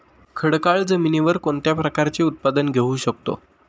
खडकाळ जमिनीवर कोणत्या प्रकारचे उत्पादन घेऊ शकतो?